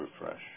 refresh